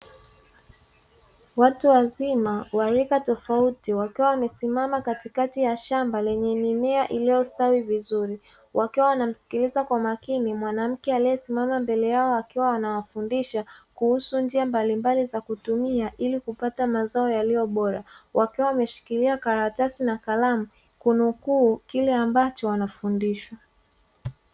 Watu wazima wa rika tofauti, wakiwa wamesimama katikati ya shamba lenye mimea iliyostawi vizuri, wakiwa wanamsikiliza kwa makini mwanamke aliyesimama mbele yao akiwa anawafundisha kuhusu njia mbalimbali za kutumia ili kupata mazao yaliyo bora, wakiwa wameshikilia karatasi na kalamu kunukuu kile ambacho wanafundishwa.